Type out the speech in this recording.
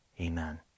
Amen